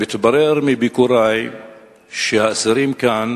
מתברר מביקורי שהאסירים כאן